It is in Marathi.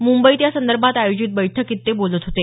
मुंबईत यासंदर्भात आयोजित बैठकीत ते बोलत होते